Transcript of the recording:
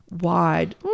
wide